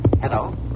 Hello